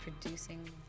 producing